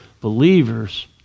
believers